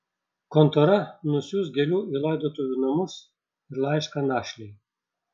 kontora nusiųs gėlių į laidotuvių namus ir laišką našlei